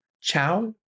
Ciao